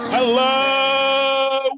Hello